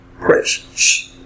presence